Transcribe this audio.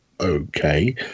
Okay